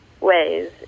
ways